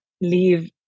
leave